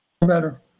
better